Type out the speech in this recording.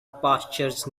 pastures